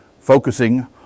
focusing